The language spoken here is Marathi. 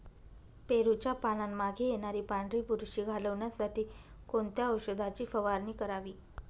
पेरूच्या पानांमागे येणारी पांढरी बुरशी घालवण्यासाठी कोणत्या औषधाची फवारणी करावी?